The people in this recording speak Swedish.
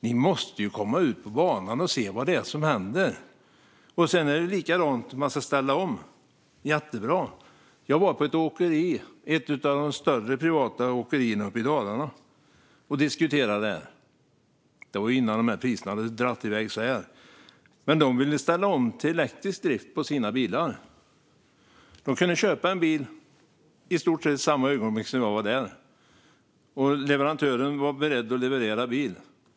Ni måste komma ut på banan och se vad det är som händer. Det är likadant om man ska ställa om. Det är jättebra. Men jag var på ett åkeri, ett av de större privata åkerierna, uppe i Dalarna och diskuterade det här. Det var innan priserna hade dragit iväg så här. De ville ställa om till elektrisk drift på sina bilar. De kunde köpa en bil i stort sett i samma ögonblick som jag var där, och leverantören var beredd att leverera den.